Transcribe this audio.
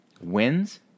wins